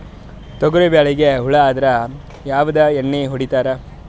ತೊಗರಿಬೇಳಿಗಿ ಹುಳ ಆದರ ಯಾವದ ಎಣ್ಣಿ ಹೊಡಿತ್ತಾರ?